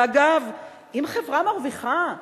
ואגב, אם חברה מרוויחה,